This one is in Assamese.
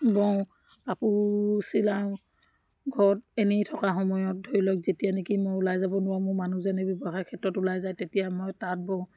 বওঁ কাপোৰ চিলাওঁ ঘৰত এনেই থকা সময়ত ধৰি লওক যেতিয়া নেকি মই ওলাই যাব নোৱাৰোঁ মোৰ মানুহজনে ব্যৱসায়ৰ ক্ষেত্ৰত ওলাই যায় তেতিয়া মই তাঁত বওঁ